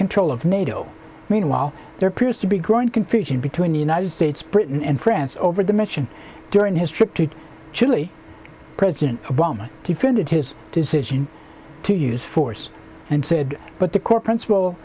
control of nato meanwhile there appears to be growing confusion between the united states britain and france over the mention during his trip to chile president obama defended his decision to use force and said but the core principle